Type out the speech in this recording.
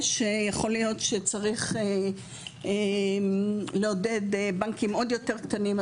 יכול להיות שצריך לעודד בנקים עוד יותר קטנים,